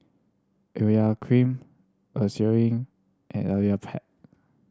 Urea Cream Eucerin and